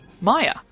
Maya